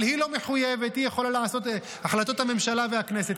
אבל היא לא מחויבת, החלטות הממשלה והכנסת.